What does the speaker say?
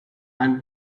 and